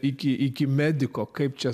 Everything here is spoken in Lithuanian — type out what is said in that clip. iki iki mediko kaip čia